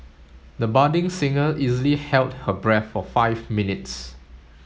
the budding singer easily held her breath for five minutes